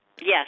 Yes